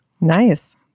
nice